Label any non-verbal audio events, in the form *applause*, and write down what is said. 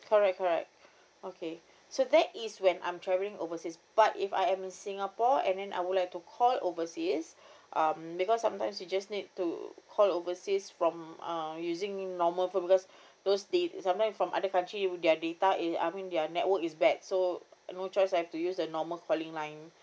correct correct okay so that is when I'm travelling overseas but if I am in singapore and then I would like to call overseas *breath* um because sometimes you just need to call overseas from uh using normal phone because *breath* those da~ sometime from other country their data is I mean their network is bad so no choice I have to use a normal calling line